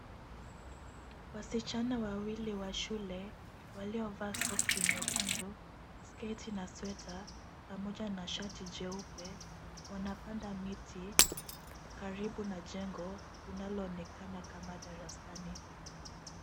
Wasichana wawili wa shule waliovaa soksi nyekundu, sketi na sweta pamoja na shati jeupe, wanapanda miti karibu na jengo linaloonekana kama darasani.